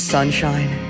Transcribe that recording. Sunshine